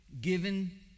given